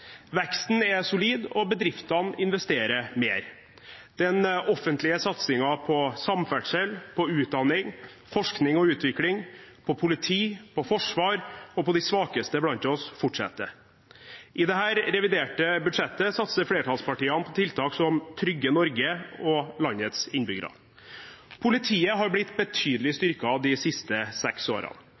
veksten er solid, og bedriftene investerer mer. Den offentlige satsingen på samferdsel, utdanning, forskning og utvikling, politi, forsvar og de svakeste blant oss fortsetter. I dette reviderte budsjettet satser flertallspartiene på tiltak som trygger Norge og landets innbyggere. Politiet har blitt betydelig styrket de siste seks årene.